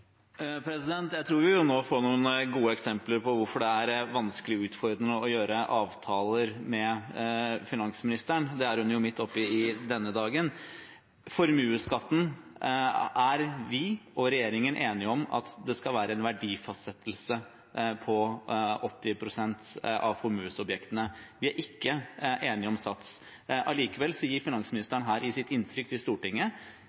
Jeg tror vi nå får noen gode eksempler på hvorfor det er vanskelig og utfordrende å gjøre avtaler med finansministeren. Det er hun jo midt oppe i denne dagen. Når det gjelder formuesskatten, er vi og regjeringen enige om at det skal være en verdifastsettelse på 80 pst. av formuesobjektene. Vi er ikke enige om sats. Likevel gir finansministeren her i sitt innlegg i Stortinget